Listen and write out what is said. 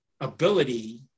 ability